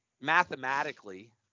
mathematically